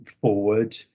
forward